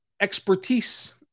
expertise